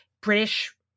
British